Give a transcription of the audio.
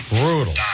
brutal